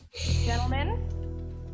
Gentlemen